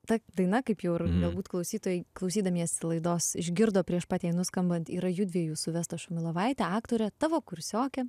ta daina kaip ir jau ir galbūt klausytojai klausydamiesi laidos išgirdo prieš pat jai nuskambant yra jųdviejų su vesta šumilovaite aktore tavo kursioke